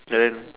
then